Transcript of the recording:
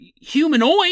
humanoid